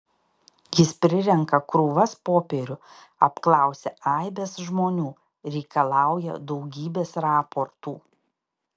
jis prirenka krūvas popierių apklausia aibes žmonių reikalauja daugybės raportų